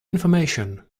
information